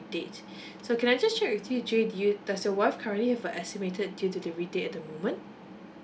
date so can I just check with you jay do you does your wife currently have a estimated due to delivery date at the moment